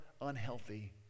unhealthy